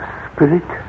spirit